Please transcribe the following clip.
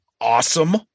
awesome